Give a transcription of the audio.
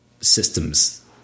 systems